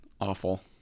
Awful